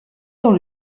dans